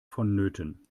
vonnöten